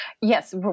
Yes